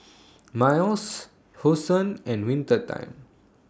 Miles Hosen and Winter Time